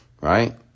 Right